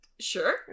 sure